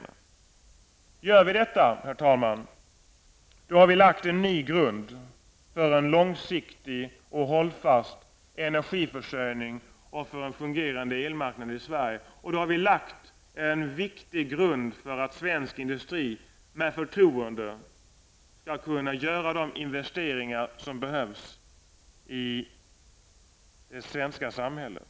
Om vi gör detta, herr talman, lägger vi en grund för en långsiktig och hållfast energiförsörjning och för en fungerande elmarknad i Sverige. Då har vi också lagt en viktig grund för att svensk industri med förtroende skall kunna göra de investeringar som behövs i det svenska samhället.